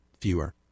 fewer